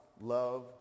love